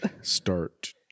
start